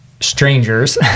strangers